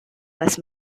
las